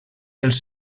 els